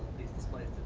these displays